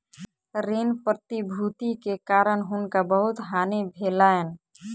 ऋण प्रतिभूति के कारण हुनका बहुत हानि भेलैन